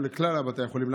לכלל בתי החולים,